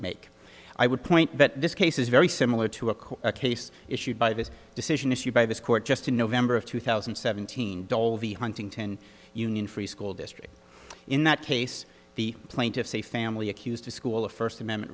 make i would point but this case is very similar to a court case issued by this decision issued by this court just in november of two thousand and seventeen dolby huntington union free school district in that case the plaintiffs a family accused the school of first amendment